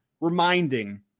reminding